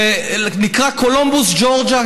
זה נקרא קולומבוס-ג'ורג'יה,